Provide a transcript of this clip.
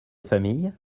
famille